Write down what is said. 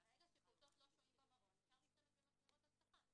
ברגע שפעוטות לא שוהים במעון אפשר להשתמש במצלמות אבטחה.